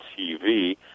TV